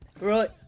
Right